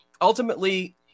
ultimately